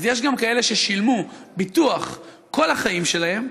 אז יש גם כאלה ששילמו ביטוח כל החיים שלהם,